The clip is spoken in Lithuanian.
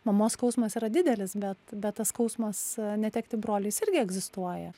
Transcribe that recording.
mamos skausmas yra didelis bet bet tas skausmas netekti brolį jis irgi egzistuoja